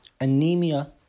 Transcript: anemia